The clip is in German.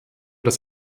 das